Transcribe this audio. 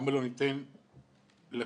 למה לא ניתן לשנה?